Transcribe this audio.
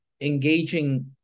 engaging